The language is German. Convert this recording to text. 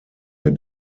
der